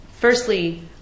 firstly